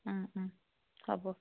হ'ব